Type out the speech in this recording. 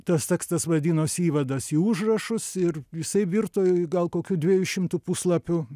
tas tekstas vadinosi įvadas į užrašus ir jisai virto gal kokių dviejų šimtų puslapių